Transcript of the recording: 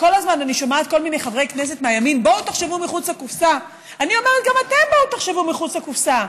כל הזמן אני שומעת כל מיני חברי כנסת מהימין: בואו תחשבו מחוץ לקופסה.